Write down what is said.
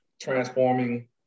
transforming